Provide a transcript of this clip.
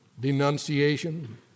denunciation